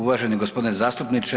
Uvaženi gospodine zastupniče.